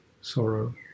sorrow